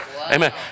Amen